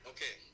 Okay